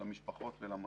למשפחות ולמעסיקים.